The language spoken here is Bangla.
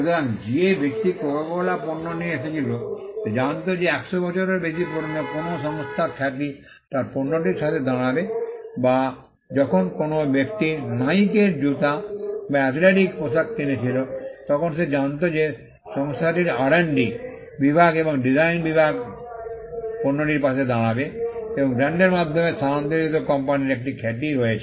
সুতরাং যে ব্যক্তি কোকাকোলা পণ্য নিয়ে এসেছিল সে জানত যে 100 বছরেরও বেশি পুরানো কোনও সংস্থার খ্যাতি তার পণ্যটির সাথে দাঁড়াবে বা যখন কোনও ব্যক্তি নাইকের জুতো বা অ্যাথলেটিক পোশাক কিনেছিল তখন সে জানত যে সংস্থার আরঅ্যান্ডডি বিভাগ এবং ডিজাইন বিভাগ পণ্যটির পাশে দাঁড়াবে এবং ব্র্যান্ডের মাধ্যমে স্থানান্তরিত কোম্পানির একটি খ্যাতি রয়েছে